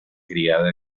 criada